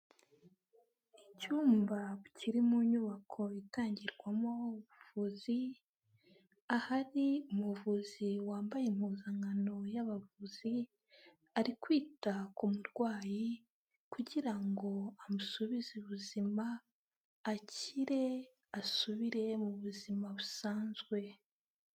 Icyumba kiri mu nyubako itangirwamo ubuvuzi, ahari umuvuzi wambaye impuzankano y'abavuzi, ari kwita ku murwayi kugira ngo amusubize ubuzima, akire asubire mu buzima busanzwe.